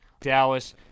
Dallas